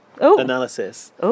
analysis